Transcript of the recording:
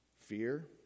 Fear